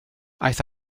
aeth